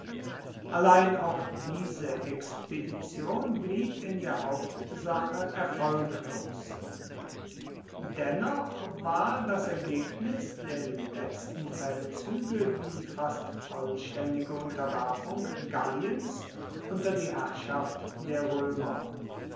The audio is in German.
allein auch diese expedition blieb in der hauptsache erfolglos dennoch war das ergebnis der letzten feldzüge die fast vollständige unterwerfung galliens unter die herrschaft der römer